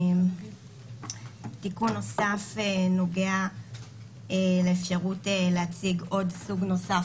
תיקון נוסף נוגע לאפשרות להציג עוד סוג נוסף